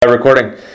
Recording